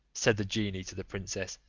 said the genie to the princess,